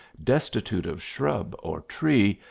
destitute of shrub or tree,